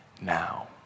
now